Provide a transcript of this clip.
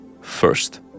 first